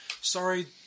Sorry